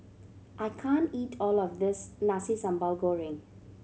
I can't eat all of this Nasi Sambal Goreng